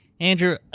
Andrew